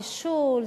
נישול,